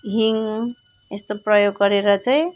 हिङ यस्तो प्रयोग गरेर चाहिँ